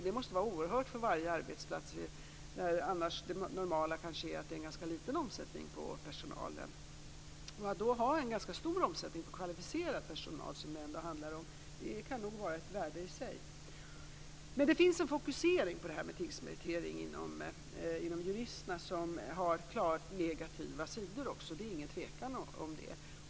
Det måste vara oerhört för varje arbetsplats, när det normala annars är en ganska liten omsättning på personalen. Att då ha en ganska stor omsättning på kvalificerad personal som det ändå handlar om kan ha ett värde i sig. Det finns en fokusering på tingsmeritering bland juristerna som har klart negativa sidor. Det är ingen tvekan om det.